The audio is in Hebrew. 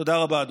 תודה רבה,